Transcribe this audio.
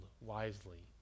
wisely